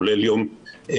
כולל יום שישי,